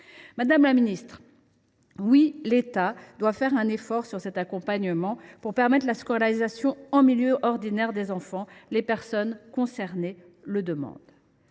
Madame la ministre, l’État doit faire un effort sur cet accompagnement pour permettre la scolarisation de ces enfants en milieu ordinaire ; les personnes concernées le demandent.